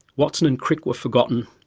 watson and crick were forgotten.